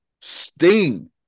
Sting